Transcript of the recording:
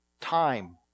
time